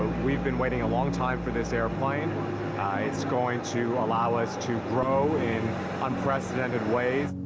we've been waiting a long time for this airplane. it's going to allow us to grow in unprecedented ways.